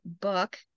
book